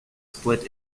split